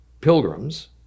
pilgrims